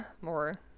more